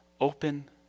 Open